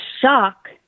shock